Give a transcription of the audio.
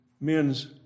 men's